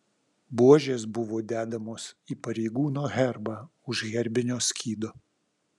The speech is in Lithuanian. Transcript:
buožės buvo dedamos į pareigūno herbą už herbinio skydo